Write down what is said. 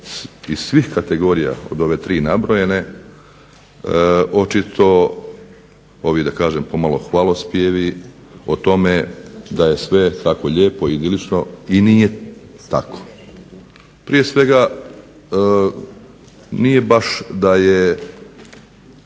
iz svih kategorija od ove 3 nabrojene očito ovi da kažem pomalo hvalospjevi o tome da je sve tako lijepo, idilično i nije tako. Prije svega nije baš da su